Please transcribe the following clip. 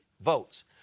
votes